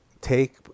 take